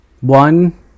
one